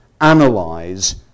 analyze